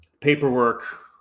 paperwork